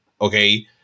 okay